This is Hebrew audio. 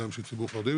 וגם הציבור החרדי,